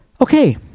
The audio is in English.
Okay